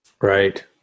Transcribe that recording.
right